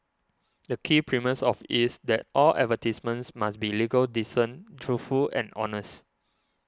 the key premise of is that all advertisements must be legal decent truthful and honest